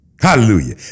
Hallelujah